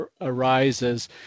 arises